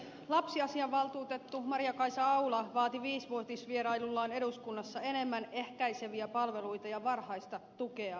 lapsiasiavaltuutettu maria kaisa aula vaati viisivuotisvierailullaan eduskunnassa enemmän ehkäiseviä palveluita ja varhaista tukea perheille